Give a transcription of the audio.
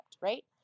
right